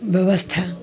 ब्यबस्था